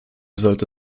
sollte